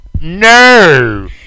No